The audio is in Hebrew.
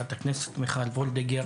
חברת הכנסת מיכל וולדיגר